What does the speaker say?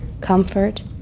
comfort